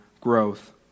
growth